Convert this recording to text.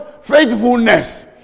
faithfulness